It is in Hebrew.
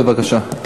בבקשה.